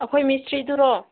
ꯑꯩꯈꯣꯏ ꯃꯤꯁꯇ꯭ꯔꯤꯗꯨꯔꯣ